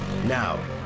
now